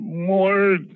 More